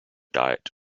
diet